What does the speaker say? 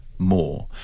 more